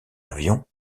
avions